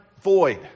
void